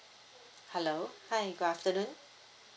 hello hi good afternoon